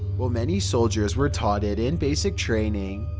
while many soldiers were taught it in basic training.